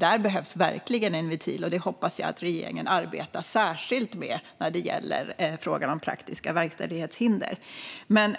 Där behövs verkligen en ventil, och det hoppas jag att regeringen arbetar särskilt med när det gäller frågan om praktiska verkställighetshinder. Men